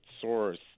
source